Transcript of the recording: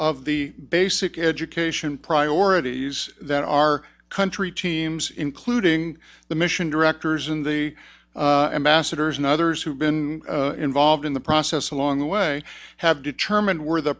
of the basic education priorities that our country teams including the mission directors in the ambassadors and others who've been involved in the process along the way have determined where the